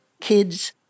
kids